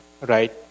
right